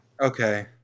Okay